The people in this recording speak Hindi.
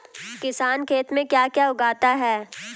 किसान खेत में क्या क्या उगाता है?